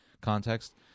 context